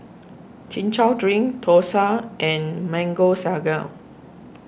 Chin Chow Drink Thosai and Mango Sago